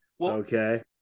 Okay